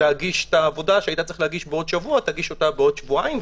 להגיש את העבודה שהיית צריך להגיש בעוד שבוע תגיש אותה בעוד שבועיים.